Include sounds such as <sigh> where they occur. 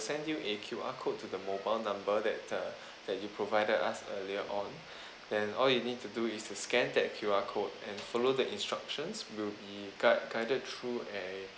send you a Q_R code to the mobile number that uh <breath> that you provided us earlier on <breath> then all you need to do is to scan that Q_R code and follow the instructions you'll be guide guided through a